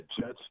Jets